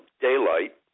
daylight